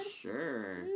Sure